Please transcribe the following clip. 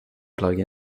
plug